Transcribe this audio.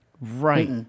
Right